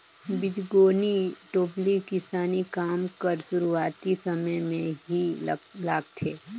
बीजगोनी टोपली किसानी काम कर सुरूवाती समे ले ही लागथे